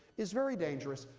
is very dangerous,